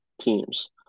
teams